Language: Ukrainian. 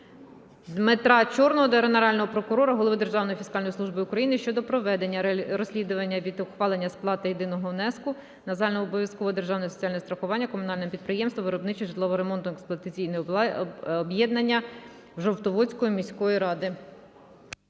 Дмитра Чорного до Генерального прокурора, голови Державної фіскальної служби України щодо проведення розслідування від ухилення сплати єдиного внеску на загальнообов'язкове державне соціальне страхування комунальним підприємством "Виробниче житлово-ремонтно-експлуатаційне об'єднання" Жовтоводської міської ради.